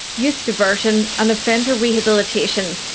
youth diversion and offender rehabilitation,